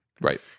Right